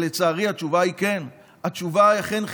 לצערי התשובה היא כן, התשובה היא אכן חיובית.